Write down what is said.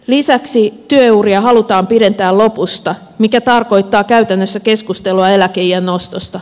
lisäksi työuria halutaan pidentää lopusta mikä tarkoittaa käytännössä keskustelua eläkeiän nostosta